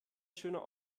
schöner